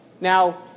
Now